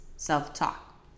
self-talk